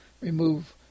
Remove